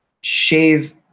shave